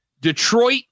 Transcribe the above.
Detroit